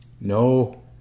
No